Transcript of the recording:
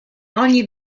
ogni